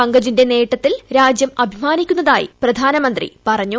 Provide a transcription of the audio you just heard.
പങ്കജിന്റെ നേട്ടത്തിൽ് രാജ്യം അഭിമാനിക്കുന്നതായി പ്രധാനമന്ത്രി പറഞ്ഞു